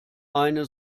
eine